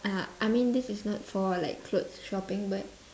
uh I mean this is not for like clothes shopping but